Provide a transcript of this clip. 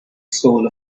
soul